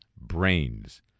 brains